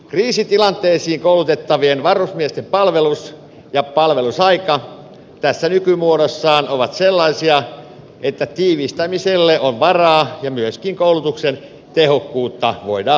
kriisitilanteisiin koulutettavien varusmiesten palvelus ja palvelusaika tässä nykymuodossaan ovat sellaisia että tiivistämiselle on varaa ja myöskin koulutuksen tehokkuutta voidaan lisätä